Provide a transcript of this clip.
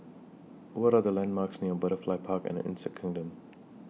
What Are The landmarks near Butterfly Park and Insect Kingdom